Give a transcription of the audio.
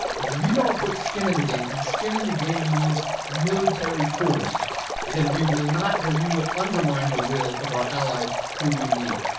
if we don't put skin in the game and skin in the game means military force then we will not then we will undermine the will of our allies whom we need.